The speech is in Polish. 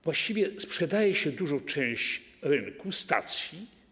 Właściwie sprzedaje się dużą część rynku, stacji.